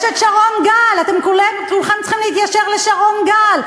יש שרון גל, אתם כולכם צריכים להתיישר לשרון גל.